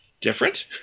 different